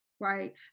right